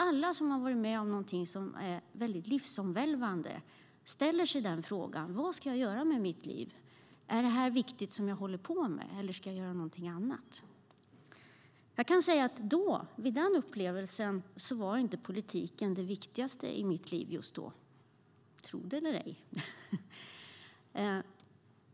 Alla som har varit med om något livsomvälvande ställer sig frågorna: Vad ska jag göra med mitt liv? Är det jag håller på med viktigt eller ska jag göra något annat? I samband med den upplevelsen var inte politiken det viktigaste i mitt liv. Tro det eller ej!